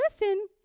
listen